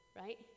right